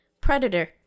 Predator